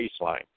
baseline